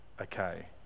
Okay